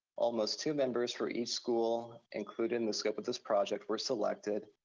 almost two members for each school included in the scope of this project were selected.